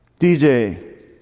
DJ